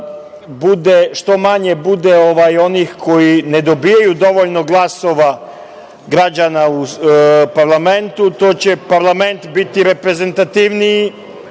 što manje bude onih koji ne dobijaju dovoljno glasova građana u parlamentu, to će parlament biti reprezentativniji